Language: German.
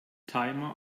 timer